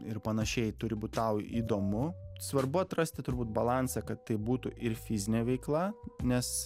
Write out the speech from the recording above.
ir panašiai turi būt tau įdomu svarbu atrasti turbūt balansą kad tai būtų ir fizinė veikla nes